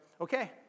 okay